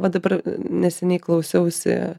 va dabar neseniai klausiausi